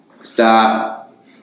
Stop